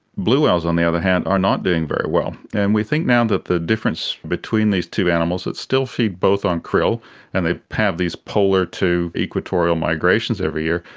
blue whales on the other hand are not doing very well. and we think now that the difference between these two animals that still feed both on krill and they have these polar to equatorial migrations every year,